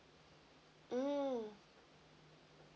mm